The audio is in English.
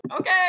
okay